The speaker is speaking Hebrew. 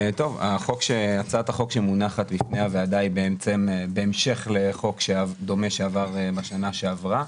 הצעת החוק שמונחת בפני הוועדה היא בהמשך לחוק דומה שעבר בשנה שעברה.